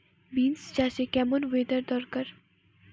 Beans চাষে কেমন weather দরকার?